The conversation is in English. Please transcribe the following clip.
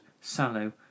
sallow